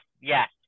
yes